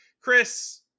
Chris